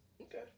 Okay